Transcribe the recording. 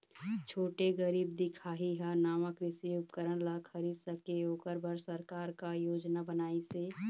छोटे गरीब दिखाही हा नावा कृषि उपकरण ला खरीद सके ओकर बर सरकार का योजना बनाइसे?